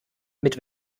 mit